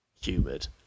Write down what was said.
humid